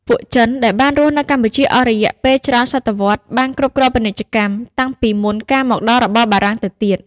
ពួកចិនដែលបានរស់នៅកម្ពុជាអស់រយៈពេលច្រើនសតវត្សកបានគ្រប់គ្រងពាណិជ្ជកម្ម តាំងពីមុនការមកដល់របស់បារាំងទៅទៀត។